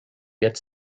get